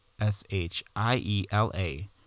S-H-I-E-L-A